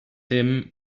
him